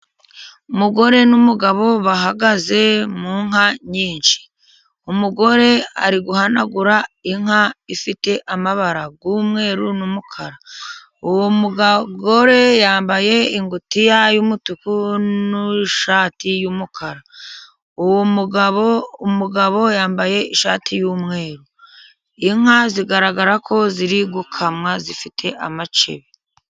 Umugore n'umugabo bahagaze mu nka nyinshi, umugore ari guhanagura inka ifite amabara y'umweru n'umukara, uwo mugore yambaye ingutiya y'umutuku n'ishati y'umukara, uwo mugabo yambaye ishati y'umweru, inka zigaragara ko ziri gukamwa zifite ingoma.